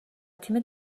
تیم